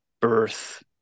birth